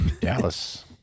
Dallas